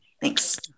Thanks